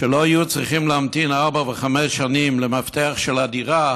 שלא יהיו צריכים להמתין ארבע וחמש שנים למפתח של הדירה,